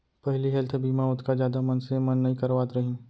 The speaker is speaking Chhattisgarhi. पहिली हेल्थ बीमा ओतका जादा मनसे मन नइ करवात रहिन